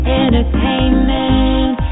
entertainment